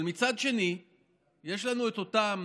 אבל מצד שני יש לנו את אותם,